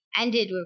ended